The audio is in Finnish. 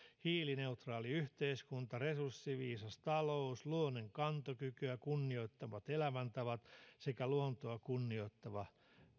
hiilineutraali yhteiskunta resurssiviisas talous luonnon kantokykyä kunnioittavat elämäntavat sekä luontoa kunnioittava